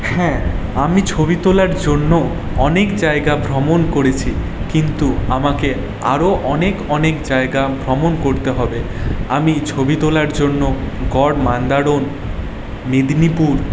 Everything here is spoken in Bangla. হ্যাঁ আমি ছবি তোলার জন্য অনেক জায়গা ভ্রমণ করেছি কিন্তু আমাকে আরও অনেক অনেক জায়গা ভ্রমণ করতে হবে আমি ছবি তোলার জন্য গড় মান্দারণ মেদিনীপুর